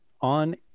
on